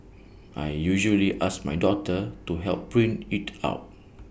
I usually ask my daughter to help print IT out